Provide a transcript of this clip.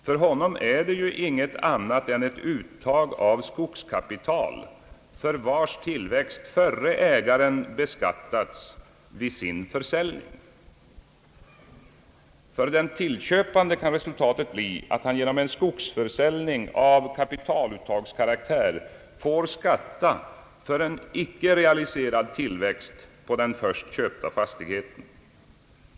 För honom är det ju inget annat än ett uttag av skogskapital, för vars tillväxt förre ägaren beskattats vid sin försäljning. För den tillköpande kan resultatet bli att han genom en skogsförsäljning av kapitaluttagskaraktär får skatta för ej realiserad tillväxt på den först köpta fastigheten.